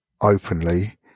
openly